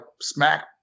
smack